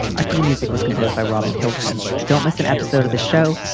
our theme music was composed by robin hilton. don't miss an episode of the show.